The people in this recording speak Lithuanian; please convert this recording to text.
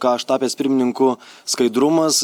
ką aš tapęs pirmininku skaidrumas